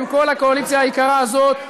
עם כל הקואליציה היקרה הזאת,